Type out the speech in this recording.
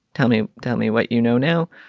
tell me. tell me what you know now.